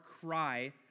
cry